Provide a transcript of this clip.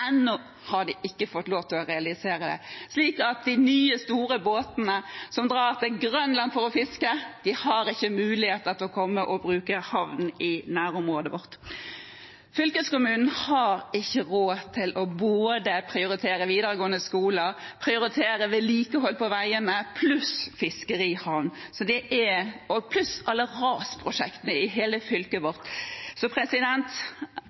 har ennå ikke fått lov til å realisere det, sånn at de nye, store båtene som drar til Grønland for å fiske, har ikke muligheter til å bruke havner i nærområdet vårt. Fylkeskommunen har ikke råd til både å prioritere videregående skoler og vedlikehold på veiene pluss fiskerihavn og alle rasprosjektene i hele fylket vårt. Så